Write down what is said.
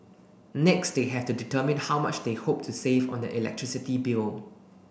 next they have to determine how much they hope to save on their electricity bill